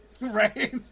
Right